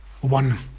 one